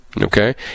Okay